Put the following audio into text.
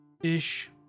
ish